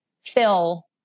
fill